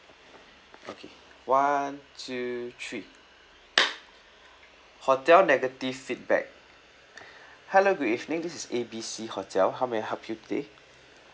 okay one two three hotel negative feedback hello good evening this is A B C hotel how may I help you today